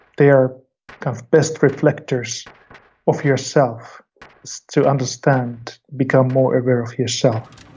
they are kind of best reflectors of yourself to understand, become more aware of yourself